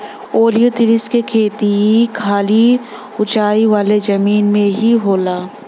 ओलियोतिरिस क खेती खाली ऊंचाई वाले जमीन में ही होला